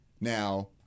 Now